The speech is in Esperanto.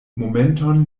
momenton